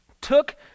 took